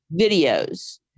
videos